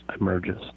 emerges